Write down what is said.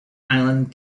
island